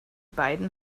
beiden